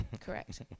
Correct